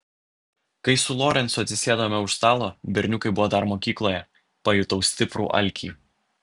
kai su lorencu atsisėdome už stalo berniukai buvo dar mokykloje pajutau stiprų alkį